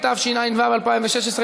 התשע"ו 2016,